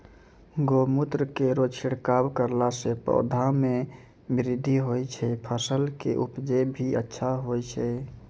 गौमूत्र केरो छिड़काव करला से पौधा मे बृद्धि होय छै फसल के उपजे भी अच्छा होय छै?